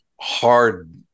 hard